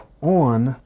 on